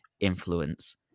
influence